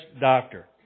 doctor